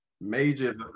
major